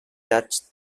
touched